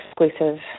exclusive